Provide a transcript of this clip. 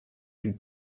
could